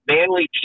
Manly